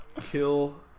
kill